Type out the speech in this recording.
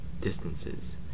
distances